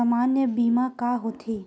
सामान्य बीमा का होथे?